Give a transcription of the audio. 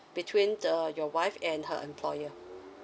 between uh your wife and her employer